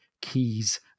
keys